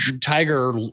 tiger